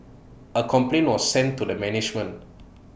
A complaint was sent to the management